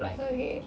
okay